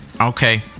Okay